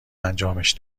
انجامش